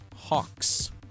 Hawks